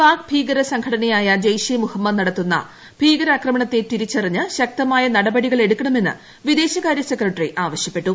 പാക് ഭീകര സംഘടനയായ ജയ്ഷെ മുഹമ്മദ് നടത്തുന്ന ഭീകരാക്രമണത്തെ തിരിച്ചറിഞ്ഞ് ശക്തമായ നടപടികളെടുക്കണമെന്ന് വിദേശകാര്യ സെക്രട്ടറി ആവശ്യപ്പെട്ടു